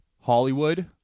Hollywood